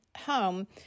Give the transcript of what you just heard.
home